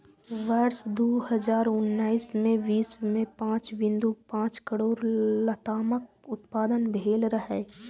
वर्ष दू हजार उन्नैस मे विश्व मे पांच बिंदु पांच करोड़ लतामक उत्पादन भेल रहै